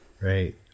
right